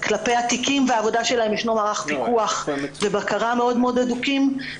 כלפי התיקים והעבודה שלהם יש מערך פיקוח ובקרה מאוד מאוד הדוקים.